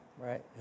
Right